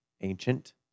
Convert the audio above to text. ancient